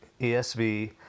ESV